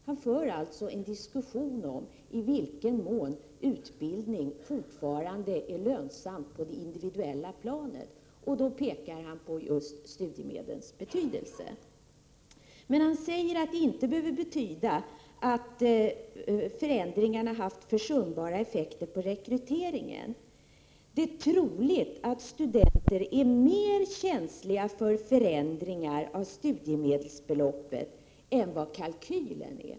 Han för alltså en diskussion om i vilken mån utbildning fortfarande är lönsam på det individuella planet, och då tar han upp studiemedlens inverkan. Men han säger också att denna aspekt inte behöver betyda att förändringarna har haft försumbara effekter på rekryteringen. Det är troligt att studenter är mer känsliga för förändringar av studiemedelsbeloppen än vad kalkylen är.